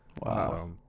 Wow